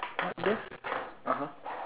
what the (uh huh)